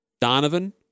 Donovan